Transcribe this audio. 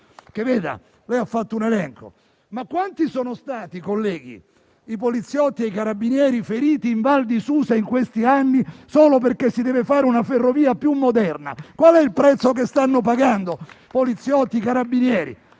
Ministro, ha fatto un elenco, ma quanti sono stati i poliziotti e i carabinieri feriti in Val di Susa in questi anni solo perché si deve fare una ferrovia più moderna? Qual è il prezzo che stanno pagando poliziotti e carabinieri?